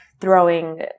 throwing